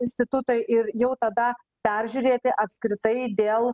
institutai ir jau tada peržiūrėti apskritai dėl